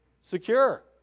Secure